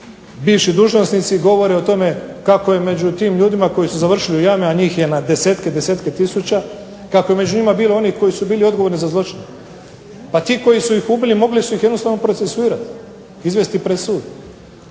bivši dužnosnici govore o tome kako je među tim ljudima koji su završili u jami, a njih je na desetke, desetke tisuća, kako je među njima bilo onih koji su bili odgovorni za zločine. Pa ti koji su ih ubili mogli su ih jednostavno procesuirati, izvesti pred sud.